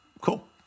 Cool